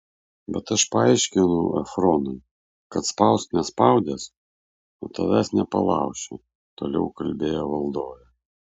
bet aš paaiškinau efronui kad spausk nespaudęs o tavęs nepalauši toliau kalbėjo valdovė